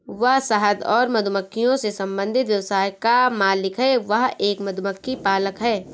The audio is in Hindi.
वह शहद और मधुमक्खियों से संबंधित व्यवसाय का मालिक है, वह एक मधुमक्खी पालक है